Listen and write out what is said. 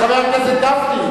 חבר הכנסת גפני.